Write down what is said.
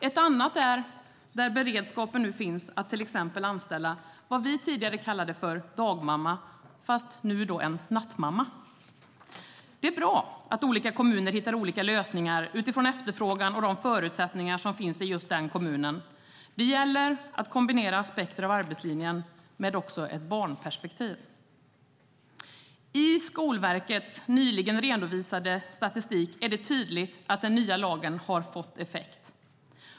Ett annat är kommunerna där beredskapen nu finns att till exempel anställa vad vi tidigare kallade för dagmamma fast nu då en nattmamma. Det är bra att olika kommuner hittar olika lösningar utifrån efterfrågan och de förutsättningar som finns i just den kommunen. Det gäller att kombinera aspekter av arbetslinjen men också att ha ett barnperspektiv. I Skolverkets nyligen redovisade statistik är det tydligt att den nya lagen har fått effekt.